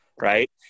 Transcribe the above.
right